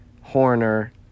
Horner